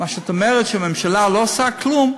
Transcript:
מה שאת אומרת שהממשלה לא עושה כלום,